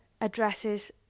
addresses